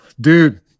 dude